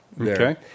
Okay